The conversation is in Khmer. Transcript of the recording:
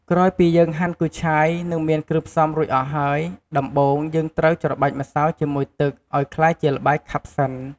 ក្រោយពីយើងហាន់គូឆាយ និងមានគ្រឿងផ្សំរួចអស់ហើយ ដំបូងយើងត្រូវច្របាច់ម្សៅជាមួយទឹកឱ្យក្លាយជាល្បាយខាប់សិន។